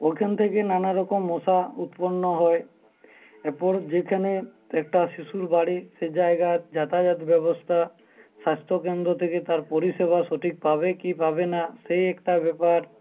ওখান থেকে নানা রকম মশা উৎপন্ন হয় এরপর যেখানে একটা শিশুর বাড়ি সে জায়গায় যাতায়াত ব্যবস্থা স্বাস্থ্যকেন্দ্র থেকে তার পরিষেবা সঠিক পাবে কি পাবে না সেই একটা ব্যাপার